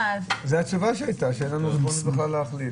זו התשובה הייתה, שאין לנו ריבונות בכלל להחליט.